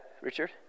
Richard